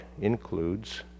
includes